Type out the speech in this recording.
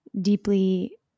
deeply